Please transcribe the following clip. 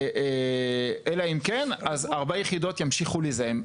כן, אלא אם כן 4 יחידות ימשיכו לזהם.